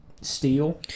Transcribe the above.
steel